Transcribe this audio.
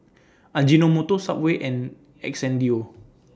Ajinomoto Subway and Xndo